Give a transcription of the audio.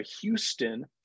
Houston